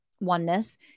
oneness